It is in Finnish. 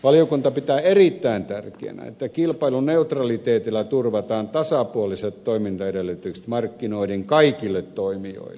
valiokunta pitää erittäin tärkeänä että kilpailuneutraliteetilla turvataan tasapuoliset toimintaedellytykset markkinoiden kaikille toimijoille